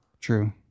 True